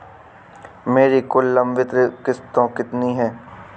मेरी कुल लंबित किश्तों कितनी हैं?